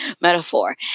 metaphor